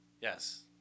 yes